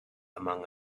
among